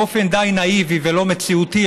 באופן נאיבי ולא מציאותי,